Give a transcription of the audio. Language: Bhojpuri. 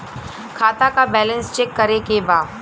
खाता का बैलेंस चेक करे के बा?